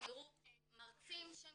הם יראו מרצים שהם